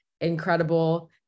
incredible